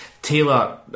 Taylor